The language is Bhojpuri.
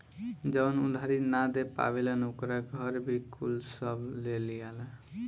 जवन उधारी ना दे पावेलन ओकर घर भी कुल सब ले लियाला